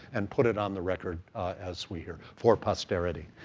and put it on the record as we here, for posterity.